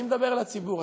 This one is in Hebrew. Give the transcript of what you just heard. אני מדבר אל הציבור.